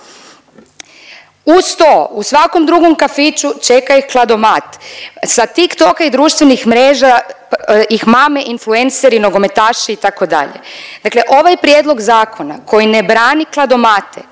Uz to u svakom drugom kafiću čeka ih kladomat. Sa TikToka i društvenih mreža ih mame influenseri, nogometaši itd. Dakle, ovaj prijedlog zakona koji ne brani kladomate,